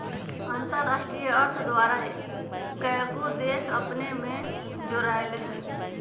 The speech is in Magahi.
अंतरराष्ट्रीय अर्थ द्वारा कएगो देश अपने में जोरायल हइ